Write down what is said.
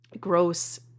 gross